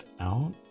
out